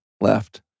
left